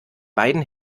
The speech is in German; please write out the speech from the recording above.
beiden